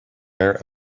air